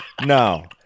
no